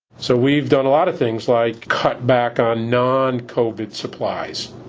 so we've done a lot of things, like cut back on non-covid supplies.